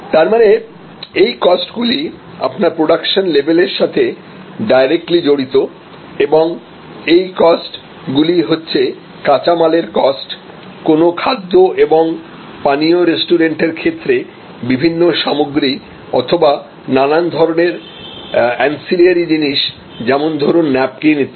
তার মানে এই কস্ট গুলি আপনার প্রোডাকশন লেভেলের সাথে ডাইরেক্টলি জড়িত এবং এই কস্ট গুলি হচ্ছে কাঁচা মালের কস্ট কোন খাদ্য এবং পানীয় রেস্টুরেন্ট এর ক্ষেত্রে বিভিন্ন সামগ্রী অথবা নানান ধরনের এন্সিলিয়ারি জিনিস যেমন ধরুন ন্যাপকিন ইত্যাদি